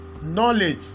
knowledge